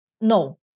no